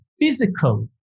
physical